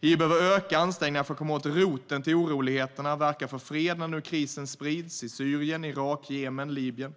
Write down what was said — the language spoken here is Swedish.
EU behöver öka ansträngningarna för att komma åt roten till oroligheterna genom att verka för fred där krisen nu sprids, i Syrien, Irak, Jemen och Libyen.